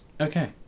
okay